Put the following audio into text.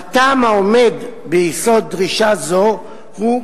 הטעם העומד ביסוד דרישה זו הוא,